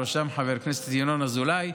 ובראשם חבר הכנסת ינון אזולאי,